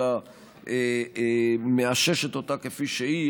אלא מאששת אותה כפי שהיא.